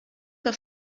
que